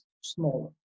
smaller